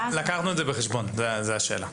לקחנו את זה בחשבון, אם זו השאלה.